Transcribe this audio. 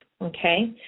Okay